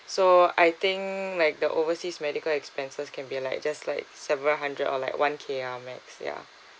so I think like the overseas medical expenses can be like just like several hundred or like one K ah max ya